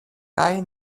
kaj